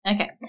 Okay